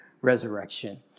resurrection